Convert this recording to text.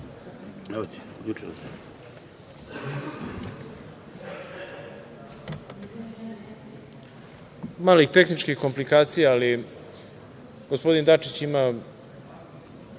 Male tehničke komplikacije, ali gospodin Dačić ima,